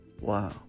wow